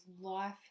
life